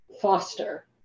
foster